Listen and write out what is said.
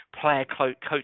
player-coach